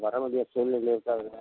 வரவேண்டிய சூழ்நிலைல இருக்காதுங்க